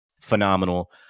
phenomenal